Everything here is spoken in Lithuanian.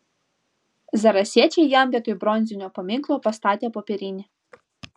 zarasiečiai jam vietoj bronzinio paminklo pastatė popierinį